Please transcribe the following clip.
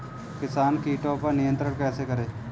किसान कीटो पर नियंत्रण कैसे करें?